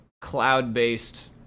cloud-based